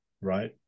right